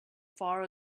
far